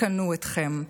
קנו אתכם,